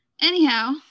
Anyhow